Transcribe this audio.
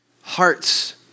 Hearts